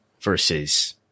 versus